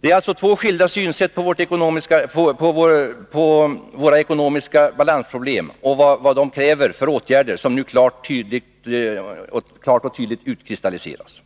Det är alltså två skilda synsätt på vår ekonomiska obalans och vad den kräver för åtgärder som nu klart och tydligt utkristalliseras.